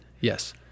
Yes